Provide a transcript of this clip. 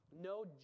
no